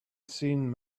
seen